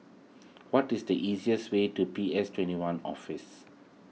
what is the easiest way to P S twenty one Office